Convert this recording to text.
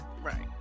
Right